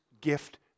gift